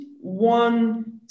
one